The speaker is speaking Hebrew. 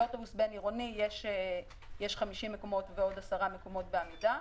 באוטובוס בין-עירוני יש 50 מקומות ועוד עשרה מקומות בעמידה,